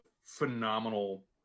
phenomenal